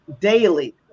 daily